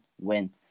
win